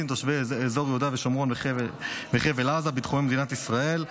תושבי אזור יהודה ושומרון וחבל עזה בתחומי מדינת ישראל,